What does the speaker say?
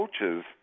coaches